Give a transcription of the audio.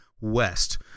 west